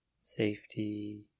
Safety